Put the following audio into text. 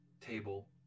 table